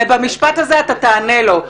ובמשפט הזה אתה תענה לישראל אסל.